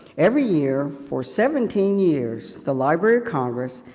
every year, for seventeen years, the library of congress,